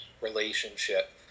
relationship